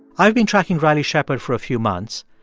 i've been tracking riley shepard for a few months.